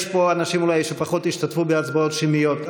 יש פה אנשים שאולי פחות השתתפו בהצבעות שמיות.